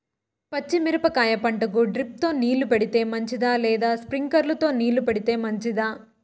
పచ్చి మిరపకాయ పంటకు డ్రిప్ తో నీళ్లు పెడితే మంచిదా లేదా స్ప్రింక్లర్లు తో నీళ్లు పెడితే మంచిదా?